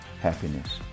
happiness